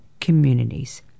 communities